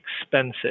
expensive